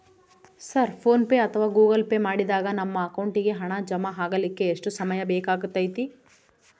Sir PhonePe ಅಥವಾ Google pay ಮಾಡಿದಾಗ ನಮ್ಮ ಅಕೌಂಟಿಗೆ ಹಣ ಜಮಾ ಆಗಲಿಕ್ಕೆ ಎಷ್ಟು ಸಮಯ ಬೇಕಾಗತೈತಿ?